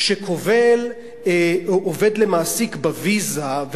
שכובל עובד למעסיק בוויזה,